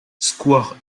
square